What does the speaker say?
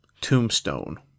Tombstone